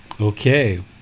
Okay